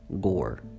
gore